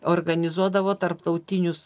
organizuodavo tarptautinius